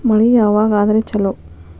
ಮಳಿ ಯಾವಾಗ ಆದರೆ ಛಲೋ?